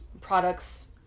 products